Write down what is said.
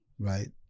Right